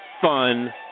fun